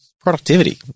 Productivity